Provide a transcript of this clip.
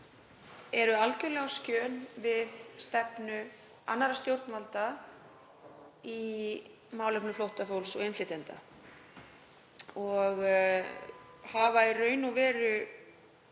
eru algjörlega á skjön við stefnu annarra stjórnvalda í málefnum flóttafólks og innflytjenda og hafa nánast engu